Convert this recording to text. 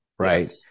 Right